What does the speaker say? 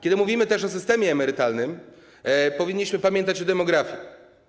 Kiedy mówimy też o systemie emerytalnym, powinniśmy pamiętać o demografii.